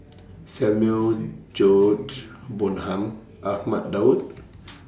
Samuel George Bonham Ahmad Daud